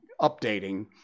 updating